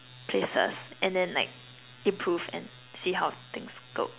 places and then like improve and see how things go